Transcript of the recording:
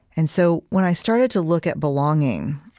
and so when i started to look at belonging,